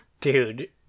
dude